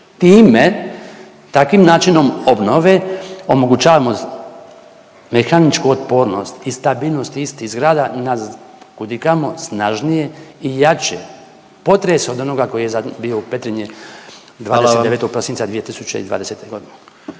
Time, takvim načinom obnove omogućavamo mehaničku otpornost i stabilnost istih zgrada na kud i kamo snažnije i jače potres od onoga koji je zadnji bio u Petrinji … …/Upadica predsjednik: